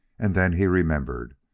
and then he remembered.